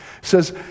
says